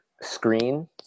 screen